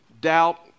doubt